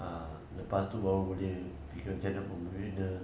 ah lepas itu baru boleh fikir macam mana nak memper~ bina